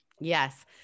Yes